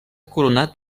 coronat